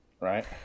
right